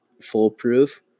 foolproof